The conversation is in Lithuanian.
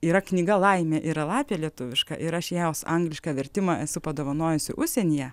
yra knyga laimė yra lapė lietuviška ir aš jos anglišką vertimą esu padovanojusi užsienyje